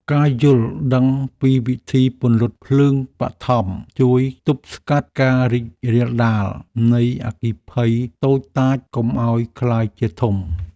ការយល់ដឹងពីវិធីពន្លត់ភ្លើងបឋមជួយទប់ស្កាត់ការរីករាលដាលនៃអគ្គិភ័យតូចតាចកុំឱ្យក្លាយជាធំ។